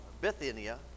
Bithynia